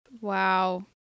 wow